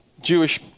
Jewish